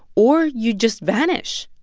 or you'd just vanish.